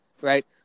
Right